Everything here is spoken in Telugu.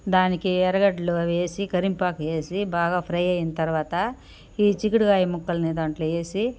దానికి ఎర్రగడ్డలు వేసి కరివేపాకేసి బాగా ఫ్రై అయిన తర్వాత ఈ చిక్కుడుగాయ ముక్కల్ని దాంట్లో వేసి